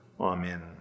Amen